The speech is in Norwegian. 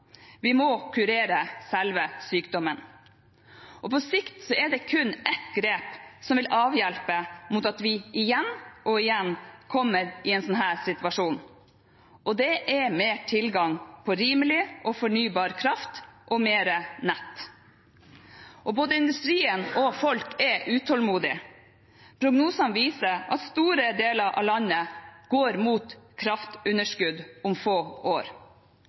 vi må kurere selve sykdommen. På sikt er det kun ett grep som vil avhjelpe mot at vi igjen og igjen kommer i en slik situasjon, og det er mer tilgang på rimelig og fornybar kraft og mer nett. Både industrien og folk er utålmodige. Prognosene viser at store deler av landet går mot kraftunderskudd om få år.